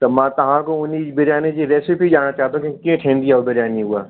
त मां तव्हां खां उन बिरयानी जी रेसिपी ॼाणणु चाहियां थो की कीअं ठहंदी आहे हुअ बिरयानी हुअ